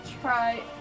try